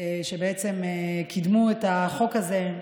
שקידמו את החוק הזה,